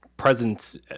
Presence